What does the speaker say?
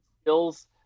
skills